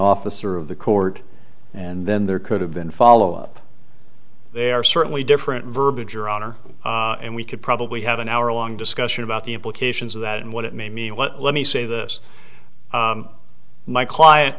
officer of the court and then there could have been follow up they are certainly different verbiage your honor and we could probably have an hour long discussion about the implications of that and what it may mean well let me say this my client